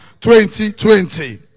2020